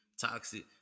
toxic